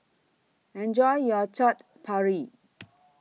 Enjoy your Chaat Papri